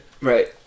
Right